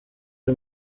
ari